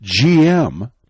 GM